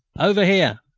over here.